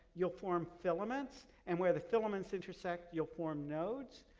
you'll form filaments and, where the filaments intersect, you'll form nodes.